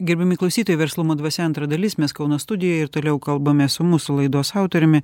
gerbiami klausytojai verslumo dvasia antra dalis mes kauno studijoj ir toliau kalbame su mūsų laidos autoriumi